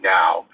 now